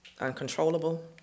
uncontrollable